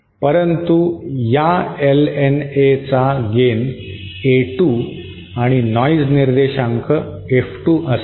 परंतु या LNA चा गेन A2 आणि नॉइज निर्देशांक F2 असेल